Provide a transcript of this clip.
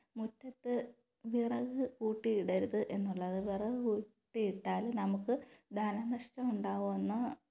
മുറ്റത്ത് വിറക് കൂട്ടി ഇടരുത് എന്നുള്ളത് വിറക് കൂട്ടി ഇട്ടാൽ നമുക്ക് ധനനഷ്ടം ഉണ്ടാകുമെന്ന്